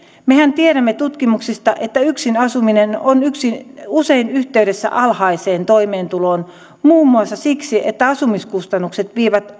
mehän tiedämme tutkimuksista että yksin asuminen on usein yhteydessä alhaiseen toimeentuloon muun muassa siksi että asumiskustannukset vievät